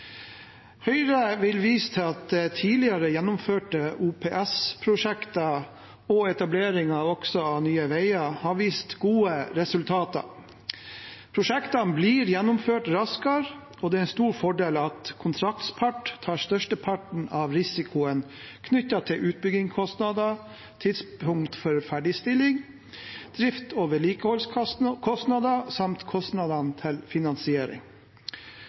Høyre vil vise til at tidligere gjennomførte OPS-prosjekter og etableringen av Nye Veier har vist gode resultater. Prosjektene blir gjennomført raskere, og det er en stor fordel at kontraktsparten tar størsteparten av risikoen knyttet til utbyggingskostnader, tidspunkt for ferdigstilling, drift- og vedlikeholdskostnader samt kostnader til finansiering.